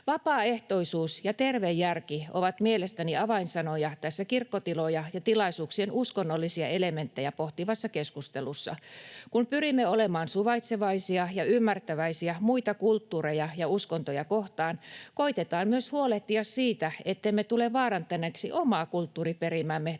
Vapaaehtoisuus ja terve järki ovat mielestäni avainsanoja tässä kirkkotiloja ja tilaisuuksien uskonnollisia elementtejä pohtivassa keskustelussa. Kun pyrimme olemaan suvaitsevaisia ja ymmärtäväisiä muita kulttuureja ja uskontoja kohtaan, koitetaan huolehtia myös siitä, ettemme tule vaarantaneeksi omaa kulttuuriperimäämme